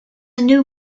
new